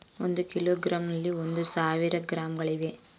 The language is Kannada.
ಒಂದು ಕಿಲೋಗ್ರಾಂ ನಲ್ಲಿ ಒಂದು ಸಾವಿರ ಗ್ರಾಂಗಳಿವೆ